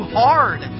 hard